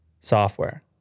software